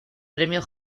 premio